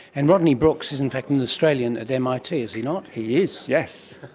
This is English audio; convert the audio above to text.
and rodney brooks is in fact an australian at mit, is he not? he is, yes.